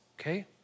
okay